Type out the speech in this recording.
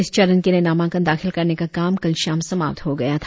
इस चरण के लिए नामांकन दाखिल करने का काम कल शाम समाप्त हो गया था